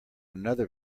another